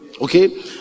okay